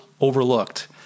overlooked